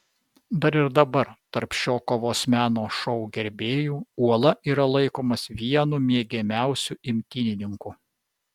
dar ir dabar tarp šio kovos meno šou gerbėjų uola yra laikomas vienu mėgiamiausiu imtynininku